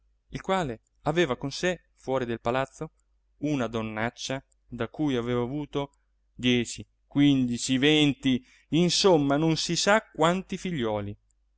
il quale aveva con sé fuori del palazzo una donnaccia da cui aveva avuto dieci quindici venti insomma non si sa quanti figliuoli